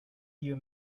you